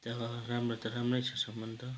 अन्त राम्रो त राम्रै छ सामान त